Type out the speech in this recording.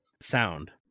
sound